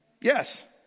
yes